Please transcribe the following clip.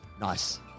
nice